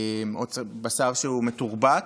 בשר שהוא מתורבת.